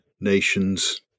nations